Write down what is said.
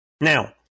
Now